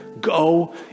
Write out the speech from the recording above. Go